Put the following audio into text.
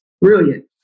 brilliant